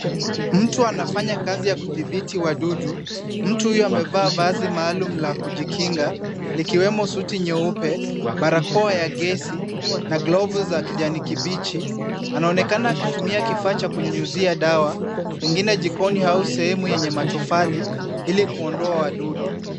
Mtu anafanya kazi ya kudhibiti wadudu. Mtu huyo amevaa vazi maalum la kujikinga, likiwemo suti nyeupe, barakoa ya gesi, na glovu za kijani kibichi. Anaonekana akitumia kifaa cha kunyunyiza dawa pengine jikoni au sehemu yenye matofali ili kuondoa wadudu.